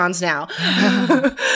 now